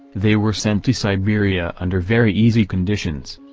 they were sent to siberia under very easy conditions.